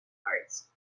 parts